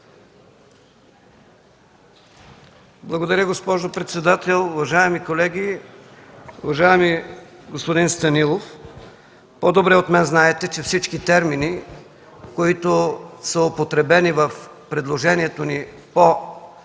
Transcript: Благодаря, госпожо председател. Уважаеми колеги! Уважаеми господин Станилов, по-добре от мен знаете, че всички термини, които са употребени в предложението ни по този